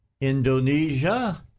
Indonesia